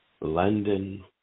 London